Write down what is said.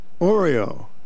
Oreo